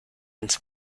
ins